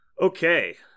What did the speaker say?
Okay